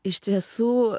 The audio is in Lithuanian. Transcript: iš tiesų